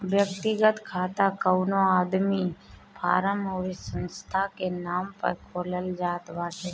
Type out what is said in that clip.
व्यक्तिगत खाता कवनो आदमी, फर्म अउरी संस्था के नाम पअ खोलल जात बाटे